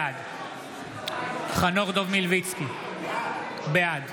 בעד חנוך דב מלביצקי, בעד